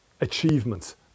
achievements